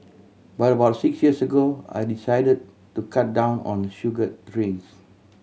but about six years ago I decided to cut down on sugared drinks